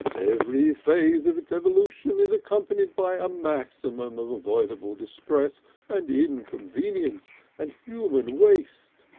every phase of its evolution is accompanied by a maximum of avoidable distress and inconvenience and human waste.